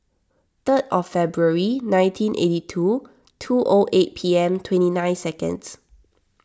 third February nineteen eighty two two old A P M twenty nine seconds